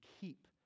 keep